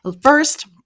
First